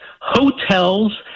hotels